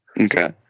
Okay